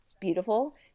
beautiful